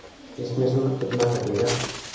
इसमें शुल्क कितना कटेगा?